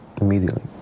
Immediately